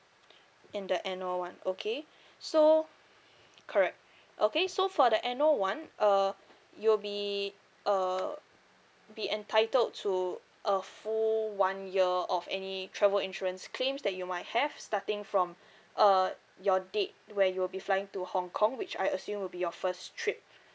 in the annual one okay so correct okay so for the annual one uh you'll be uh be entitled to a full one year of any travel insurance claims that you might have starting from uh your date where you'll be flying to hong kong which I assume will be your first trip